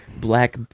black